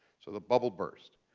so the bubble burst.